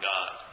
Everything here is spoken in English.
God